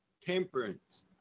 temperance